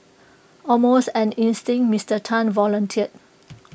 almost on instinct Mister Tan volunteered